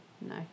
No